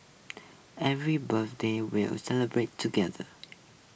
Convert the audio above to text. every birthday we'll celebrate together